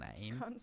name